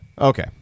Okay